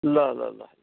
ल ल ल